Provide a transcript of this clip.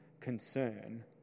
concern